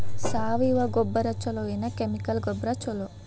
ಸಾವಯವ ಗೊಬ್ಬರ ಛಲೋ ಏನ್ ಕೆಮಿಕಲ್ ಗೊಬ್ಬರ ಛಲೋ?